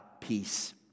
peace